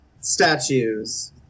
statues